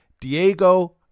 Diego